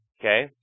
Okay